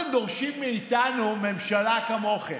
אבל מה אתם דורשים מאיתנו, ממשלה כמוכם,